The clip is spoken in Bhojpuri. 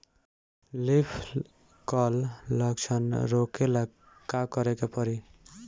लीफ क्ल लक्षण रोकेला का करे के परी?